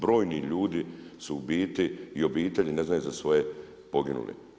Brojni ljudi su u biti i obitelji ne znaju za svoje poginule.